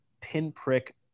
pinprick